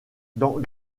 dans